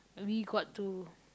we got to